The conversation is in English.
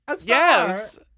Yes